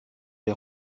les